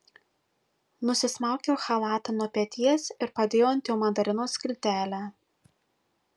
nusismaukiau chalatą nuo peties ir padėjau ant jo mandarino skiltelę